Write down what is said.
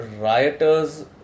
rioters